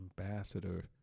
ambassador